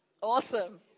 Awesome